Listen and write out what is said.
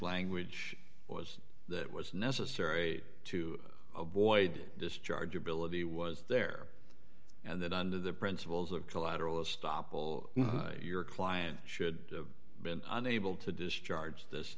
language was that was necessary to avoid discharge ability was there and that under the principles of collateral estoppel your client should have been unable to discharge this